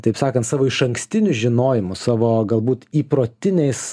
taip sakant savo išankstiniu žinojimu savo galbūt įprotiniais